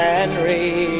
Henry